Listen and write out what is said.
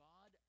God